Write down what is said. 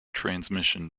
transmission